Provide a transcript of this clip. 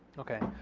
okay.